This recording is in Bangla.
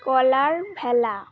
কলার ভেলা